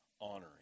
honoring